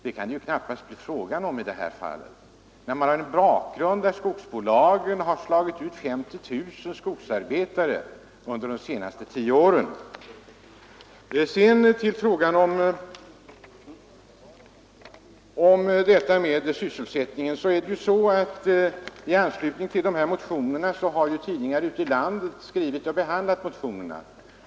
Det kan det ju knappast bli fråga om i det här fallet mot bakgrund av att skogsbolagen har slagit ut 50 000 skogsarbetare under de senaste tio åren. Tidningarna ute i landet har i anslutning till de här motionerna tagit upp frågan om sysselsättningen.